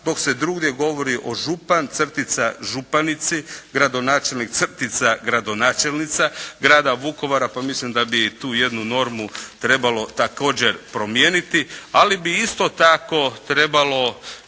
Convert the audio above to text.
dok se drugdje govori o župan-županici, gradonačelnik-gradonačelnica grada Vukovara, pa mislim da bi i tu jednu normu trebalo također promijeniti. Ali bi isto tako trebalo